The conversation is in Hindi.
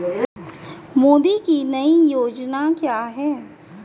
मोदी की नई योजना क्या है?